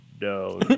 no